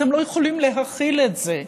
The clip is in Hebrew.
אתם לא יכולים להכיל את זה.